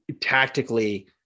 tactically